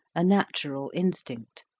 a natural instinct.